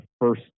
first